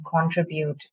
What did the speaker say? contribute